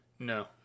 No